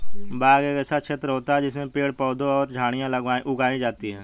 बाग एक ऐसा क्षेत्र होता है जिसमें पेड़ पौधे और झाड़ियां उगाई जाती हैं